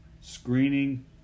Screening